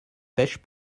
pêche